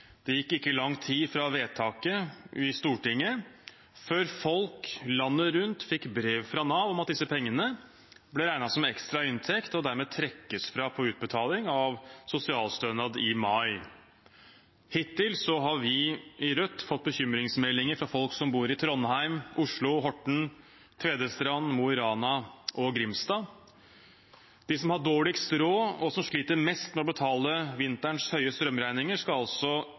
Det gikk ikke lang tid fra vedtaket i Stortinget før folk landet rundt fikk brev fra Nav om at disse pengene ble regnet som ekstra inntekt, og dermed trekkes fra på utbetaling av sosialstønad i mai. Hittil har vi i Rødt fått bekymringsmeldinger fra folk som bor i Trondheim, Oslo, Horten, Tvedestrand, Mo i Rana og Grimstad. De som har dårligst råd og sliter mest med å betale vinterens høye strømregninger, skal